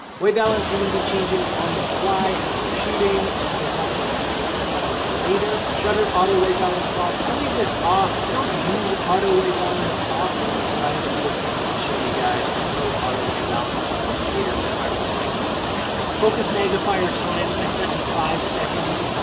white balance, we're gonna be changing on the fly, as we're shooting, and we'll talk about picture profiles later. shutter auto white balance lock. i leave this off. i don't use auto white balance often, but i have another thing to show you guys about auto white balance later, that i really like about this camera. focus magnifier time, i set to five seconds.